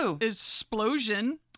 explosion